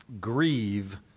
grieve